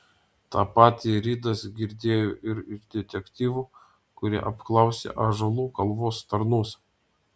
tą patį ridas girdėjo ir iš detektyvų kurie apklausė ąžuolų kalvos tarnus